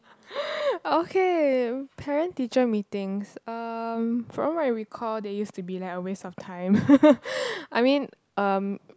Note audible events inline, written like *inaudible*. *breath* okay parent teacher Meetings um from what I recall they used to be like a waste of time *laughs* I mean um